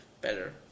better